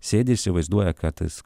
sėdi įsivaizduoja kad jis